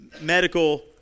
medical